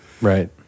Right